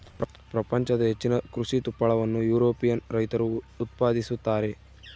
ಪ್ರಪಂಚದ ಹೆಚ್ಚಿನ ಕೃಷಿ ತುಪ್ಪಳವನ್ನು ಯುರೋಪಿಯನ್ ರೈತರು ಉತ್ಪಾದಿಸುತ್ತಾರೆ